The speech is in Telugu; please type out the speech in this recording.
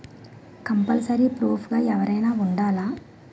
కంపల్సరీ ప్రూఫ్ గా ఎవరైనా ఉండాలా?